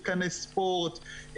מתקני ספורט,